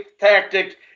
tactic